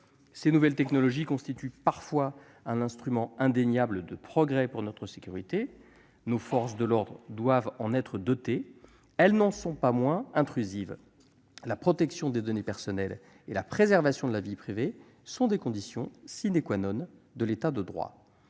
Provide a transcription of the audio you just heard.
Ces nouvelles technologies peuvent constituer un instrument indéniable de progrès pour notre sécurité, et nos forces de l'ordre doivent en être dotées. Mais elles n'en sont pas moins intrusives. Or la protection des données personnelles et la préservation de la vie privée sont des conditions de l'État de droit,